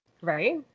Right